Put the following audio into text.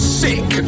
sick